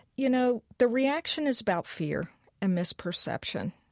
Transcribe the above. you know, the reaction is about fear and misperception.